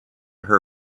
her